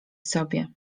sobie